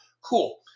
Cool